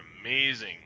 amazing